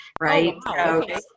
right